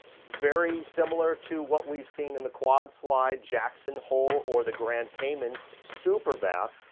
very similar to what we've seen in the quad-slide jackson hole or the grand cayman super bath,